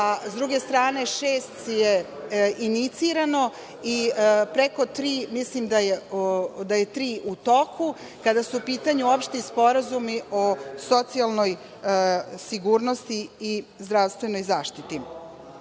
a, s druge strane, šest je inicirano, tri je u toku, kada su u pitanju opšti sporazumi o socijalnoj sigurnosti i zdravstvenoj zaštiti. Kada